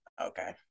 Okay